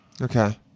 Okay